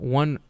one